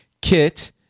kit